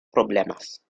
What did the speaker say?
problemas